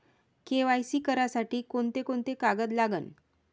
KYC करासाठी कोंते कोंते कागद लागन?